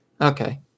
Okay